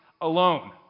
alone